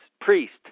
priest